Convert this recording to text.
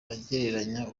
agereranya